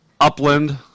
Upland